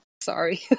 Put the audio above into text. Sorry